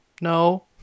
No